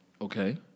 okay